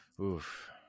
Oof